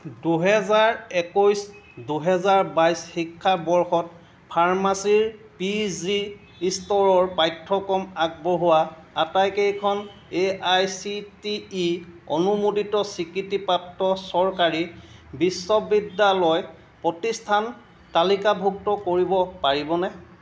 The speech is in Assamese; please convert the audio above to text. দুহেজাৰ একৈছ দুহেজাৰ বাইছ শিক্ষাবৰ্ষত ফাৰ্মাচীৰ পি জি স্তৰৰ পাঠ্যক্ৰম আগবঢ়োৱা আটাইকেইখন A I C T E অনুমোদিত স্বীকৃতিপ্ৰাপ্ত চৰকাৰী বিশ্ববিদ্যালয় প্ৰতিষ্ঠান তালিকাভুক্ত কৰিব পাৰিবনে